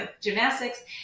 gymnastics